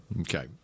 Okay